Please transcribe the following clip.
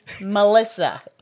Melissa